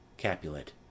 Capulet